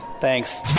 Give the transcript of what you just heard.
thanks